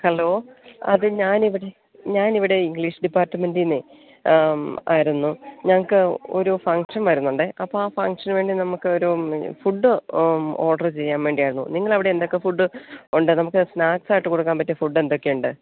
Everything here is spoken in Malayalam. ഹലോ അതെ ഞാനിവിടെ ഞാനിവിടെ ഇംഗ്ലീഷ് ഡിപ്പാർട്ട്മെന്റിൽ നിന്ന് ആയിരുന്നു ഞങ്ങൾക്ക് ഒരു ഫംഗ്ഷൻ വരുന്നുണ്ട് അപ്പം ആ ഫങ്ങ്ഷന് വേണ്ടി നമുക്ക് ഒരു ഫുഡ് ഓർഡർ ചെയ്യാൻ വേണ്ടിയായിരുന്നു നിങ്ങളുടെ അവിടെ എന്തൊക്കെ ഫുഡ് ഉണ്ട് നമുക്ക് സ്നാക്സായിട്ട് കൊടുക്കാൻ പറ്റിയ ഫുഡ് എന്തൊക്കെ ഉണ്ട്